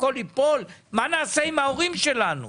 מה נעשה עם ההורים שלנו?